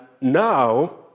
now